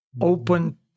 open